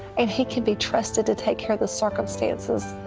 and he can be trusted to take care of the circumstances,